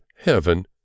heaven